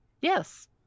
yes